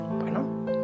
bueno